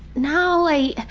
now i.